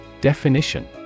Definition